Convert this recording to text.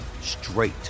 straight